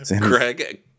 Craig